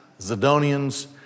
Zidonians